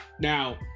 now